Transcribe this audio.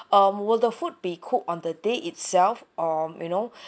um will the food be cooked on the day itself or you know